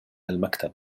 المكتب